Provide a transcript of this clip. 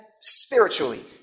spiritually